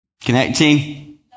Connecting